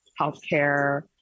healthcare